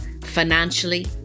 financially